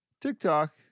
TikTok